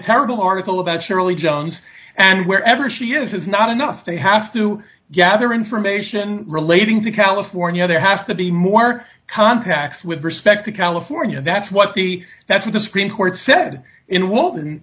terrible article about shirley jones and wherever she is is not enough they have to gather information relating to california there has to be more contacts with respect to california that's what the that's what the supreme court said in